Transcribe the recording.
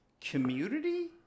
community